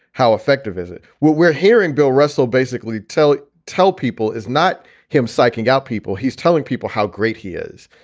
how effective is it? what we're hearing bill russell basically tell tell people is not him psyching out people. he's telling people how great he is,